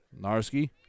Narski